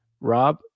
rob